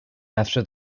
after